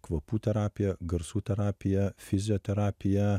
kvapų terapiją garsų terapiją fizioterapiją